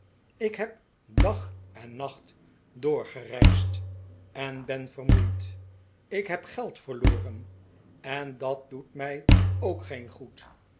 ik heb dag en nacht door gereisd en ben vermoeid ik heb geld verloren en dat doet mij ook geen goed